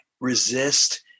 resist